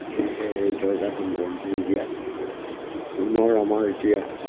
সেয়েহে এই দৰ্জাখন বন্ধ কৰি দিয়াত পুনৰ আমাৰ এতিয়া